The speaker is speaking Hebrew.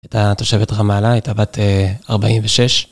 הייתה תושבתך מעלה, הייתה בת 46.